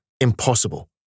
impossible